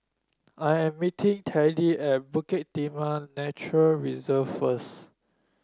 I am meeting Teddy at Bukit Timah Nature Reserve first